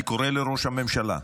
אני קורא לראש הממשלה: